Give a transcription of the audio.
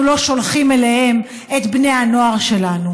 לא שולחים אליהם את בני הנוער שלנו.